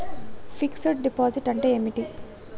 Fix డ్ deposit అంటే ఏమిటి?